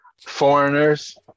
foreigners